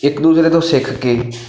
ਇੱਕ ਦੂਸਰੇ ਤੋਂ ਸਿੱਖ ਕੇ